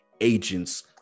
agents